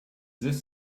this